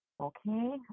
okay